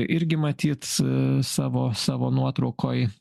irgi matyt savo savo nuotraukoj